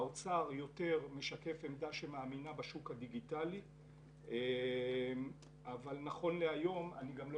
האוצר יותר משקף עמדה שמאמינה בשוק הדיגיטלי אבל נכון להיום אני גם לא